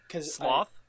Sloth